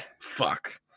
Fuck